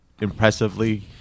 impressively